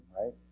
right